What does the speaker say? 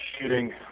shooting